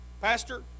pastor